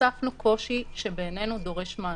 הצפנו קושי שבעינינו דורש מענה.